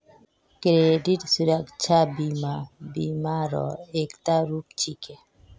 credit सुरक्षा बीमा बीमा र एकता रूप छिके